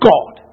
God